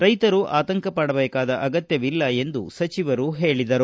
ರೈತರು ಆತಂಕಪಡಬೇಕಾದ ಅಗತ್ಯವಿಲ್ಲ ಎಂದು ಸಚಿವರು ಹೇಳಿದರು